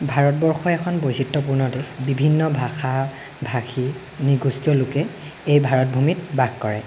ভাৰতবৰ্ষ এখন বৈচিত্ৰপূৰ্ণ দেশ বিভিন্ন ভাষা ভাষীৰ নৃগোষ্ঠীয় লোকে এই ভাৰতভূমিত বাস কৰে